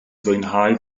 fwynhau